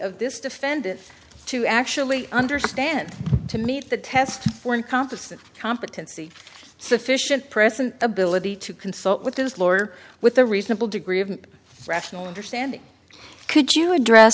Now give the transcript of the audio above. of this defendant to actually understand to meet the test for incompetent competency sufficient present ability to consult with his lawyer with a reasonable degree of rational understanding could you address